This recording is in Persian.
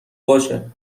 باشه